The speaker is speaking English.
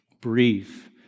brief